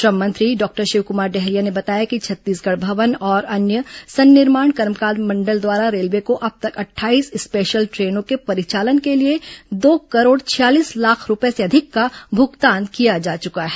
श्रम मंत्री डॉक्टर शिवकुमार डहरिया ने बताया कि छत्तीसगढ भवन और अन्य सन्निर्माण कर्मकार मण्डल द्वारा रेलवे को अब तक अटठाईस स्पेशल ट्रेनों के परिचालन के लिए दो करोड़ छियालीस लाख रूपए से अधिक का भुगतान किया जा चुका है